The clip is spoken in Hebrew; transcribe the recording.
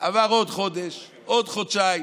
עבר עוד חודש, עוד חודשיים.